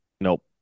Nope